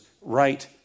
right